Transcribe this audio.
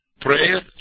Prayer